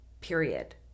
period